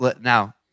Now